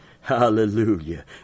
hallelujah